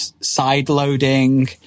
side-loading